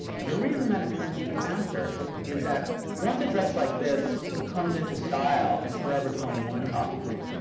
and the reason that it turns even faster is that once a dress like this comes into style and forever twenty one copies it,